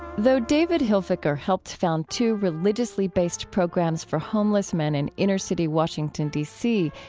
though david hilfiker helped found two religiously based programs for homeless men in inner-city washington, d c,